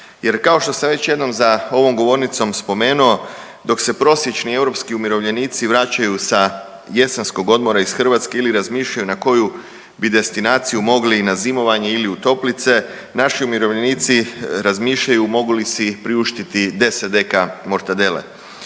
Jer kao što sam već jednom za ovom govornicom spomenuo dok se prosječni europski umirovljenici vraćaju sa jesenskog odmora iz Hrvatske ili razmišljaju na koju bi destinaciju mogli i na zimovanje ili u toplice naši umirovljenici razmišljaju mogu li si priuštiti 10 dkg mortadele.